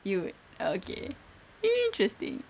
you would ah okay interesting